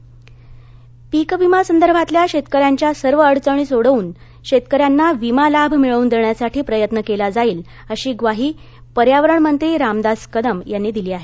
पीकवीमा पीकविमा संदर्भातल्या शेतकऱ्यांच्या सर्व अडचणी सोडवून शेतकऱ्यांना विमा लाभ मिळवून देण्यासाठी प्रयत्न केला जाईल अशी ग्वाही पर्यावरण मंत्री रामदास कदम यांनी दिली आहे